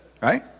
right